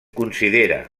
considera